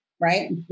right